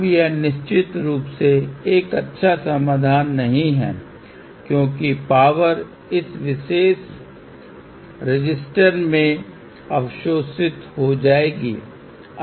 अब यह निश्चित रूप से एक अच्छा समाधान नहीं है क्योंकि पावर इस विशेष रिसिस्टर में अवशोषित हो जाएगी